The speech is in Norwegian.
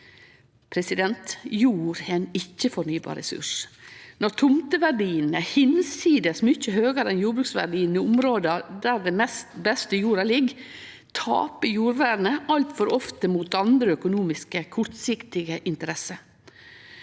grunnlaget? Jord er ein ikkje-fornybar ressurs. Når tomteverdien er urimeleg mykje høgare enn jordbruksverdien i områda der den beste jorda ligg, tapar jordvernet altfor ofte mot andre økonomiske, kortsiktige interesser.